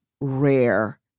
rare